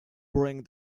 bring